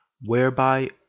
whereby